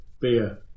beer